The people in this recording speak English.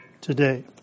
today